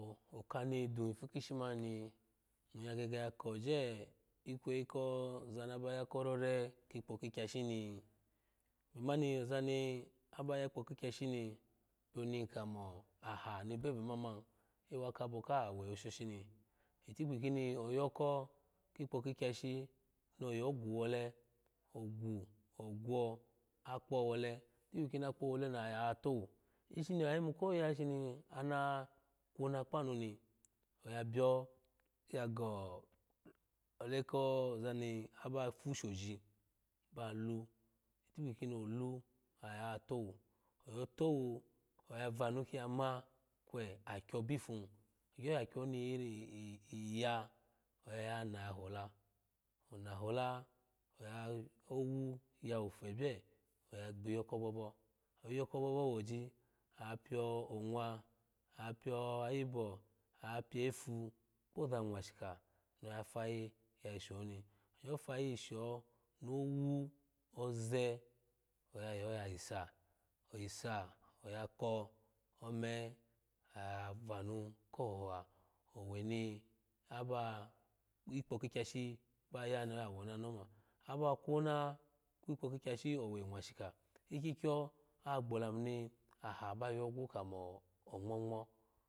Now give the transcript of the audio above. Oka ni dun ifu kushi man ni ng gege ya koje ikweyi ko zani aba ya korore ki ikpo kikyashi ni ebe mani ozani abaya ikpo ka kyashini bioni inkamo aha ni bebe manman ewa kabo kaha weho shoshini ni itikpi kini oyoko kikpo kakyashi nogo gwu wole ogwu ogwo akpo wole itikpi kini akpo woleni oyaya towu shimi oya yimu koya shini ana kwona kpanu ni oya bio yo go olekozani aba fu shoji ba lu itikpi kini olu ogyoya towu oya towu oya vanu kiyama kwe akyo bifunu ogyo ya kyo ni irin i iya oyayana yayi hola ona hola a owu yawu febye oya gbiyo kobobo gbiyo ko bobo woji apiio onwa apio ayibo apio efu kpoza nwashika noya fayi yashoni ogyo fayi isho no wu oze oga yo yayi sa oyisa oyako ome oya vanu kohoha oweni aba iko ka kyashi baya ni oya wona ni oma aba kwano kikpo ka kyashi owe nwashika ikyikyo oyagbo lamuni aha ongmo ngmo